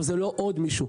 זה לא עוד מישהו.